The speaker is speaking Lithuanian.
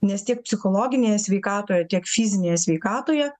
nes tiek psichologinėje sveikatoje tiek fizinėje sveikatoje